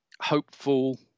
hopeful